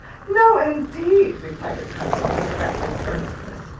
no, indeed! replied her cousin, with affected earnestness,